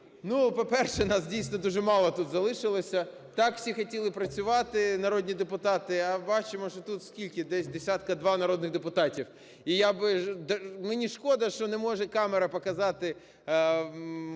По-перше, нас, дійсно, дуже мало тут залишилося. Так всі хотіли працювати народні депутати, а бачимо, що тут скільки, десь десятка 2 народних депутатів. І я би, мені шкода, що не може камера показати